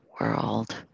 world